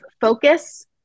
focus